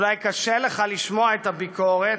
אולי קשה לך לשמוע את הביקורת,